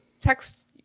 text